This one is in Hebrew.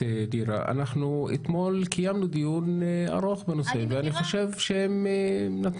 אם רוצים, אני חושב שהקורונה